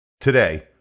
Today